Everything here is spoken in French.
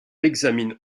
examine